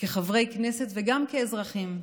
כחברי כנסת וגם כאזרחים.